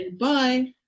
Bye